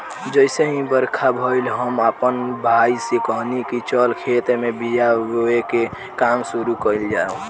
जइसे ही बरखा भईल, हम आपना भाई से कहनी की चल खेत में बिया बोवे के काम शुरू कईल जाव